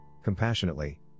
compassionately